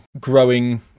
growing